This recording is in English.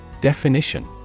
Definition